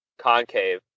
concave